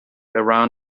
around